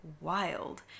wild